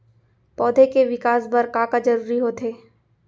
पौधे के विकास बर का का जरूरी होथे?